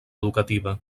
educativa